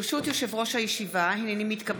דברי הכנסת י"א / מושב ראשון / ישיבה כ"ז / ט"ו בשבט